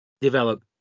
develop